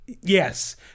Yes